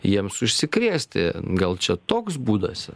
jiems užsikrėsti gal čia toks būdas